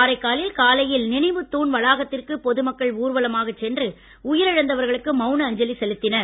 காரைக்காலில் காலையில் நினைவுத் தூண் வளாகத்திற்கு பொதுமக்கள் ஊர்வலமாகச் சென்று உயிரிழந்தவர்களுக்கு மௌன அஞ்சலி செலுத்தினர்